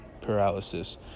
paralysis